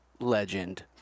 Legend